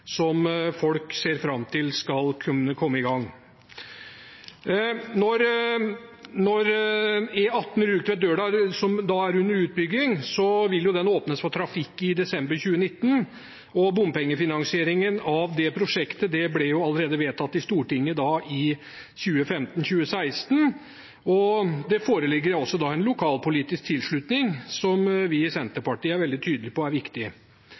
som folk ser fram til skal komme i gang. E18 Rugtvedt–Dørdal, som er under utbygging, vil åpnes for trafikk i desember 2019. Bompengefinansieringen av det prosjektet ble allerede vedtatt i Stortinget i 2015–2016. Det foreligger en lokalpolitisk tilslutning som vi i Senterpartiet er veldig tydelig på er viktig.